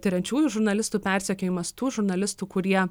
tiriančiųjų žurnalistų persekiojimas tų žurnalistų kurie